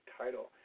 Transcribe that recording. title